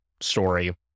story